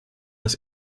das